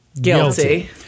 guilty